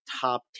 top